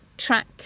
track